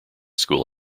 school